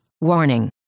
Warning